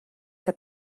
que